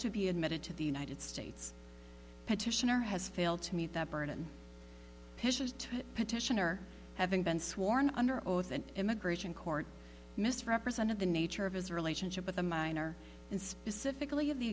to be admitted to the united states petitioner has failed to meet that burden petitioner having been sworn under oath an immigration court misrepresented the nature of his relationship with a minor and specifically of the